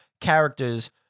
characters